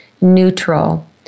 neutral